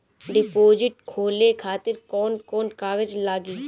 Deposit खोले खातिर कौन कौन कागज लागी?